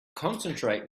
concentrate